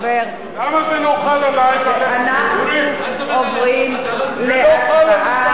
למה זה לא חל עלי ועלייך זה לא חל על יהודה ושומרון.